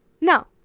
now